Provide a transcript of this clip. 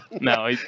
No